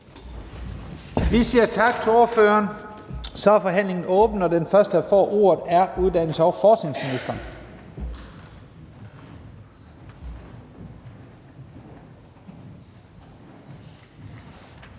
Jensen): Tak til ordføreren. Så er forhandlingen åbnet, og den første, der får ordet, er uddannelses- og forskningsministeren.